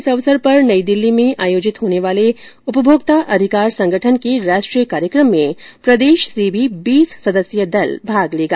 इस अवसर पर नई दिल्ली में आयोजित होने वाले उपभोक्ता अधिकार संगठन के राष्ट्रीय कार्यक्रम में प्रदेश से भी बीस सदस्यीय दल भाग लेगा